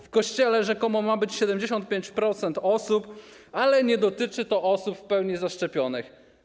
W kościołach rzekomo ma być 75% osób, ale nie dotyczy to osób w pełni zaszczepionych.